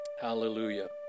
hallelujah